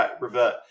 revert